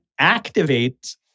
activates